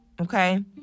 okay